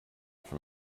from